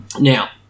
Now